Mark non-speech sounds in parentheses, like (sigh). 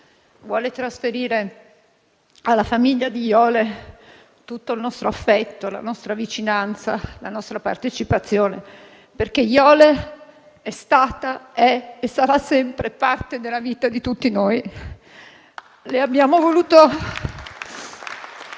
vuole trasferire alla famiglia di Jole tutto il suo affetto, la sua vicinanza e la sua partecipazione, perché Jole è stata, è e sarà sempre parte della vita di tutti noi. (applause)